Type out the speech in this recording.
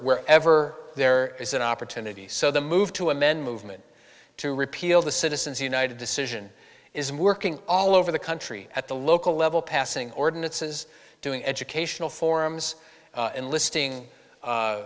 wherever there is an opportunity so the move to a men movement to repeal the citizens united decision is working all over the country at the local level passing ordinances doing educational forums and listing